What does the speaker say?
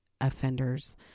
offenders